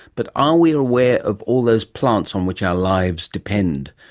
but are we aware of all those plants on which our lives depend?